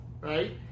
right